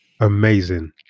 Amazing